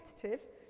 competitive